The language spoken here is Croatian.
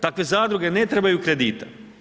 Takve zadruge ne trebaju kredite.